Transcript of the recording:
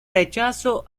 rechazo